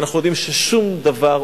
ואנחנו יודעים ששום דבר,